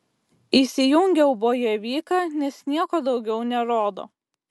įsijungiau bojevyką nes nieko daugiau nerodo